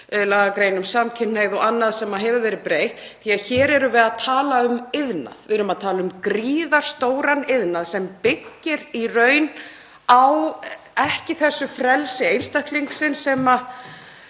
lagagrein um samkynhneigð og annað sem hefur verið breytt. Hér erum við að tala um iðnað. Við erum að tala um gríðarstóran iðnað sem byggir í raun ekki á því frelsi einstaklingsins sem